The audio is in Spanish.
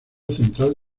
central